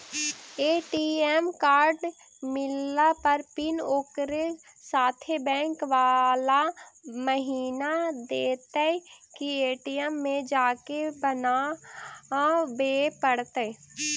ATM card मिलला पर pin ओकरे साथे बैक बाला महिना देतै कि ए.टी.एम में जाके बना बे पड़तै?